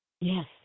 Yes